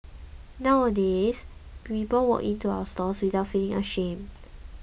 nowadays people walk in to our stores without feeling ashamed